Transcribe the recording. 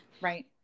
Right